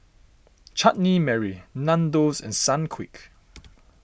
Chutney Mary Nandos and Sunquick